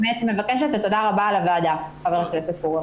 תודה רבה לוועדה, חבר הכנסת פורר.